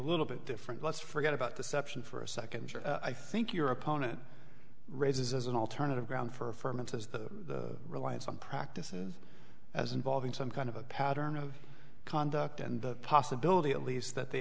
little bit different let's forget about the steps in for a second i think your opponent raises as an alternative ground for months as the reliance on practices as involving some kind of a pattern of conduct and the possibility at least that the